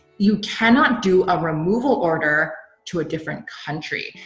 you cannot do a removal order to a different country.